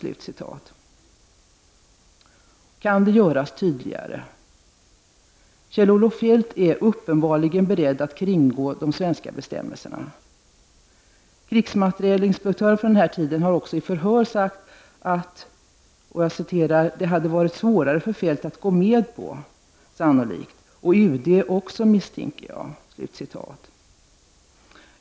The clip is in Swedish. Kan det göras tydligare? Kjell-Olof Feldt var uppenbarligen beredd att kringgå de svenska bestämmelserna. Krigsmaterielinspektören från den tiden har också i förhör sagt att ”det hade varit svårare för Feldt att gå med på och sannolikt UD också, misstänker jag”.